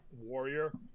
Warrior